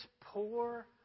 poor